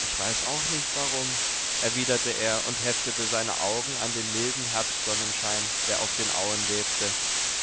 ich weiß auch nicht warum erwiderte er und heftete seine augen an den milden herbstsonnenschein der auf den auen webte